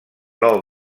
nou